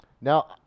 Now